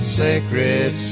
sacred